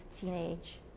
teenage